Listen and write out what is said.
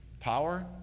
Power